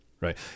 right